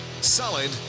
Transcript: solid